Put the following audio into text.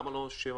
למה לא 7,500?